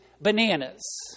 bananas